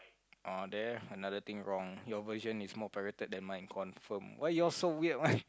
oh there another thing wrong your version is more pirated than mine confrrm why you all so weird [one]